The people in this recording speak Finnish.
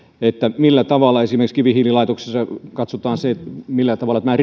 millä tavalla esimerkiksi kivihiililaitoksissa katsotaan se millä tavalla tämä